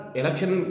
election